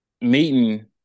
Meeting